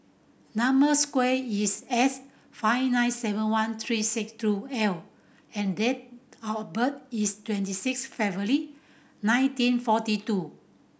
number square is S five nine seven one three six two L and date of birth is twenty six February nineteen forty two